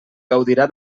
gaudirà